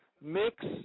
mix